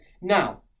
Now